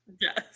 Yes